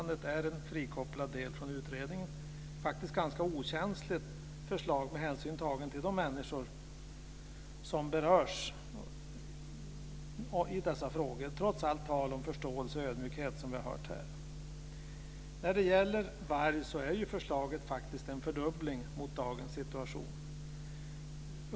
Det är faktiskt ett ganska okänsligt förslag med hänsyn tagen till de människor som berörs, trots allt tal om förståelse och ödmjukhet som vi har hört här. När det gäller varg är förslaget faktiskt en fördubbling mot dagens situation.